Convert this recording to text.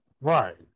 Right